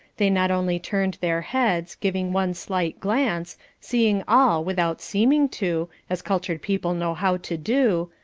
they not only turned their heads, giving one slight glance, seeing all without seeming to, as cultured people know how to do,